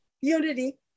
Unity